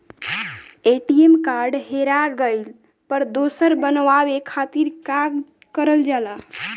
ATM card हेरा गइल पर दोसर बनवावे खातिर का करल जाला?